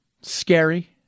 Scary